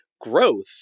growth